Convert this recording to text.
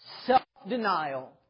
self-denial